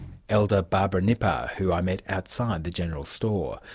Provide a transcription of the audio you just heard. elder barbara nippar, who i met outside the general store.